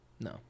No